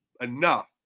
enough